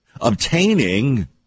Obtaining